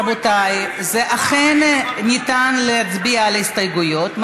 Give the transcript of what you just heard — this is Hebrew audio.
רבותיי: אכן ניתן להצביע על ההסתייגויות.